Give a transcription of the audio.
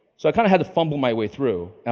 so i kind of had to fumble my way through.